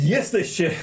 Jesteście